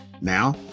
Now